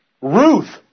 Ruth